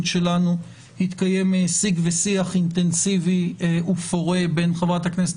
שלנו התקיים שיג ושיח אינטנסיבי ופורה בין חברת הכנסת